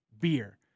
beer